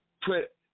put